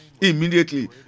immediately